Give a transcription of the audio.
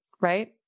right